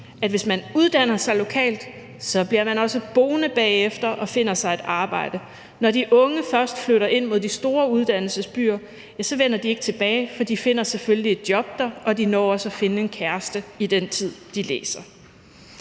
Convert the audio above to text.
at hvis man uddanner sig lokalt, bliver man også boende bagefter og finder sig et arbejde. Når de unge først flytter ind mod de store uddannelsesbyer, ja, så vender de ikke tilbage, for de finder selvfølgelig et job der, og de når også at finde en kæreste i den tid, de læser.